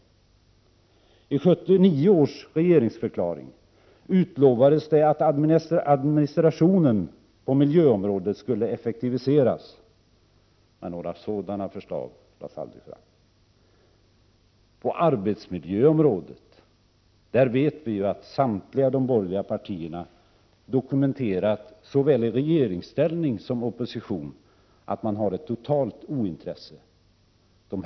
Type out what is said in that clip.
I 1979 års regeringsförklaring utlovades det att administrationen på miljöområdet skulle effektiviseras. Men några sådana förslag lades aldrig fram. När det gäller arbetsmiljöområdet vet vi att samtliga de borgerliga partierna såväl i regeringsställning som i opposition dokumenterat att deras ointresse är totalt.